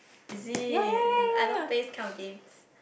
is it I don't play this kind of games